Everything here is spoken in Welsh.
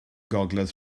gogledd